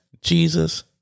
Jesus